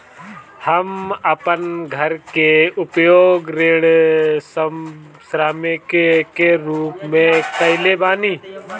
हम अपन घर के उपयोग ऋण संपार्श्विक के रूप में कईले बानी